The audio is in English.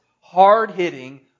hard-hitting